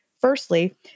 Firstly